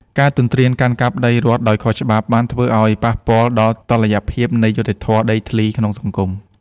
ការទន្ទ្រានកាន់កាប់ដីរដ្ឋដោយខុសច្បាប់ បានធ្វើឱ្យប៉ះពាល់ដល់តុល្យភាពនៃយុត្តិធម៌ដីធ្លីក្នុងសង្គម។